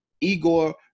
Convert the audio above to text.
Igor